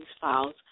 files